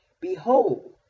Behold